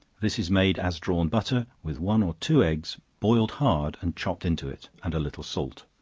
this is made as drawn butter, with one or two eggs boiled hard and chopped into it, and a little salt.